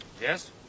Yes